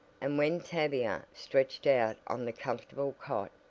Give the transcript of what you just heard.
and when tavia stretched out on the comfortable cot,